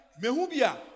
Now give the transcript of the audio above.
mehubia